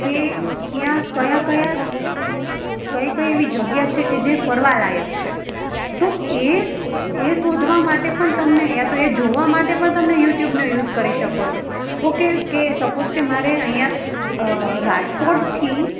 કે ત્યાં ક્યાં ક્યાં કઈ કઈ એવી જગ્યા છે કે જે ફરવાલાયક છે તો એ એ શોધવા માટે પણ તમને યા તો એ જોવા માટે પણ તમને યુટ્યુબનો યુઝ કરી શકો છો ઓકે કે સપોઝ કે મારે અહીંયા રાજકોટથી